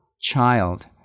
child